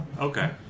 Okay